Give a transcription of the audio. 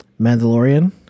Mandalorian